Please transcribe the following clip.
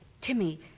Timmy